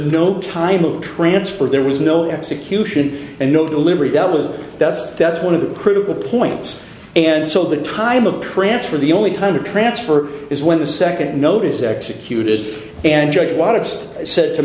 no time of transfer there was no execution and no the liberty bell is that's that's one of the critical points and so the time of transfer the only time to transfer is when the second notice executed and judge wanted just said to